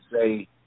say